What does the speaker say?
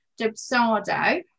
dubsado